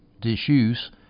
disuse